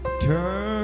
Turn